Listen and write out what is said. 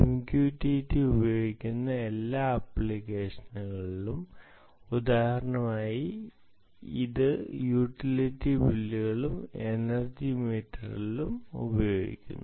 MQTT ഉപയോഗിക്കുന്ന എല്ലാ ആപ്ലിക്കേഷനുകളും ഉദാഹരണമായി ഇത് യൂട്ടിലിറ്റി ബില്ലുകളും എനർജി മീറ്ററിംഗും ഉപയോഗിക്കുന്നു